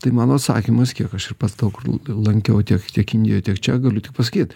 tai mano atsakymas kiek aš ir pats daug lankiau tiek tiek indijoj tiek čia galiu tik pasakyt